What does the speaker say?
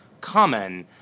common